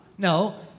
No